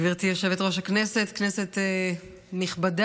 גברתי יושבת-ראש הישיבה, כנסת נכבדה,